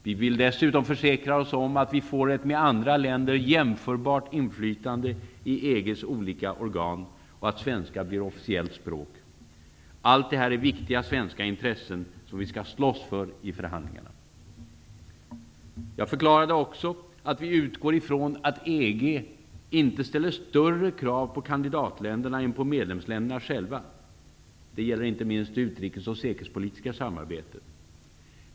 Vi vill dessutom försäkra oss om att vi får ett med andra länder jämförbart inflytande i EG:s olika organ och att svenska blir officiellt språk. Allt det här är viktiga svenska intressen som vi skall slåss för i förhandlingarna. Jag förklarade också att vi utgår ifrån att EG inte ställer större krav på kandidatländerna än på medlemsländerna själva. Det gäller inte minst det utrikes och säkerhetspolitiska samarbetet.